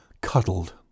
cuddled